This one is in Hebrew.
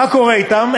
מה קורה אתם?